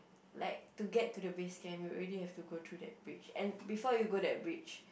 like to get to the base camp you really have to go through that bridge and before you go that bridge